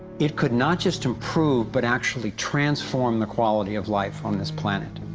it could not just improve but actually transform the quality of life on this planet.